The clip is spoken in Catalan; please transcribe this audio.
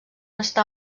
està